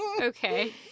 Okay